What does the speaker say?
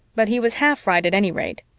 but he was half right at any rate.